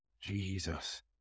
Jesus